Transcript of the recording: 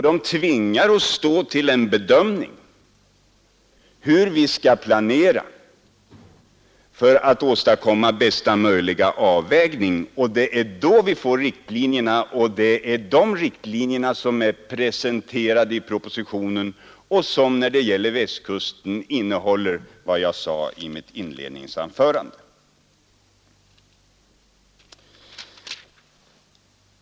De tvingar oss då till en bedömning hur vi skall planera för att åstadkomma bästa möjliga avvägning. Det är då vi får riktlinjerna, och det är de riktlinjerna som är presenterade i propositionen och som när det gäller Västkusten innehåller vad jag sade i mitt inledningsanförande.